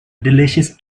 delicious